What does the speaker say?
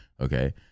Okay